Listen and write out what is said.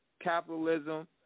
capitalism